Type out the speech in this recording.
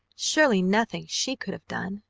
surely nothing she could have done.